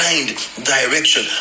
Direction